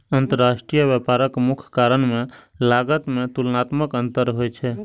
अंतरराष्ट्रीय व्यापारक मुख्य कारण मे लागत मे तुलनात्मक अंतर होइ छै